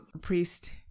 priest